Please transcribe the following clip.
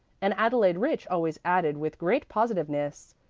and adelaide rich always added with great positiveness,